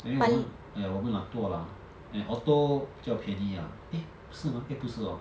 anyway 我们 !aiya! 我们懒惰啦 and auto 比较便宜啊 eh 是吗 eh 不是 hor